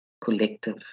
collective